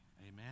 amen